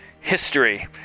history